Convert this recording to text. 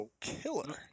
killer